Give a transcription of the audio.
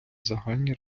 загальні